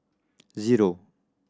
zero